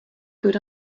good